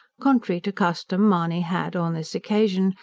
contrary to custom mahony had, on this occasion,